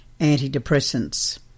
antidepressants